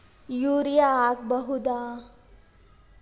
Urea ಹಾಕ್ ಬಹುದ?